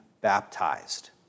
baptized